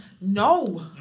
No